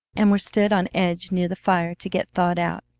and were stood on edge near the fire to get thawed out.